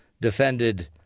defended